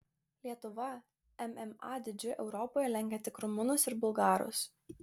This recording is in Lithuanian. lietuva mma dydžiu europoje lenkia tik rumunus ir bulgarus